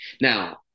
Now